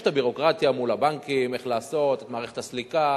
יש ביורוקרטיה מול הבנקים איך לעשות את מערכת הסליקה.